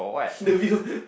the view